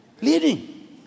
Leading